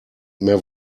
mehr